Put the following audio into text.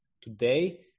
today